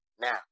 Now